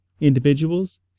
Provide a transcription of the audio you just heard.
individuals